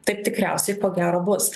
taip tikriausiai ko gero bus